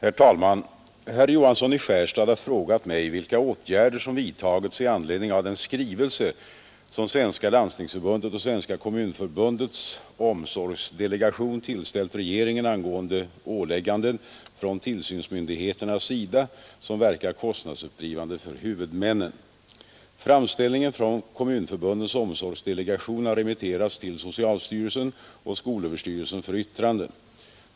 intagna fråga, nr 340, och anförde: från tillsynsmyndig Herr talman! Herr Johansson i Skärstad har frågat mig vilka åtgärder heter som ökar vissa kostnadsuppdrivande för huvudmännen. Framställningen från kommunförbundens omsorgsdelegation har re mitterats till socialstyrelsen och skolöverstyrelsen för yttranden.